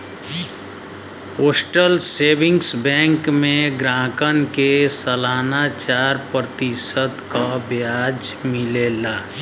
postal saving bank में ग्राहकन के सलाना चार प्रतिशत क ब्याज मिलला